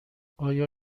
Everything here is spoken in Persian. آیا